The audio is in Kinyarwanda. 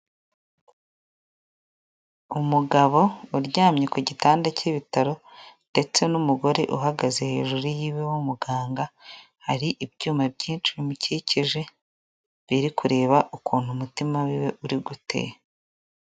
Umugabo uryamye ku gitanda cy'ibitaro ndetse n'umugore uhagaze hejuru yiwe w'umuganga hari ibyuma byinshi bimukikije biri kureba ukuntu umutima wiwe uri gute.